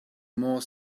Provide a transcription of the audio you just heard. more